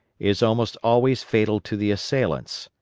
is almost always fatal to the assailants,